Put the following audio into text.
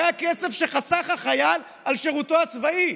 זה הכסף שחסך החייל בשירותו הצבאי.